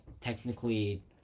technically